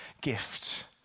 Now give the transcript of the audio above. gift